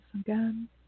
again